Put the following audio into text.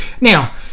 Now